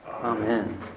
Amen